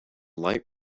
light